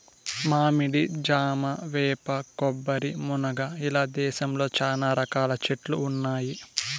మామిడి, జామ, వేప, కొబ్బరి, మునగ ఇలా దేశంలో చానా రకాల చెట్లు ఉన్నాయి